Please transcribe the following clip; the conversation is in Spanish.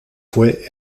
fue